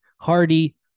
hardy